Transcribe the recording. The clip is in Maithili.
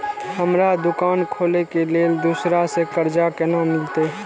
हमरा दुकान खोले के लेल दूसरा से कर्जा केना मिलते?